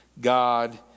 God